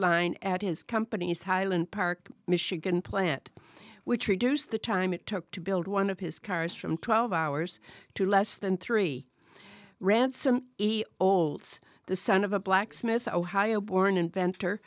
line at his company's highland park michigan plant which reduced the time it took to build one of his cars from twelve hours to less than three ransome olds the son of a blacksmith ohio born inventor